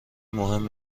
مهم